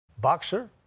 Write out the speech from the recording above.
Boxer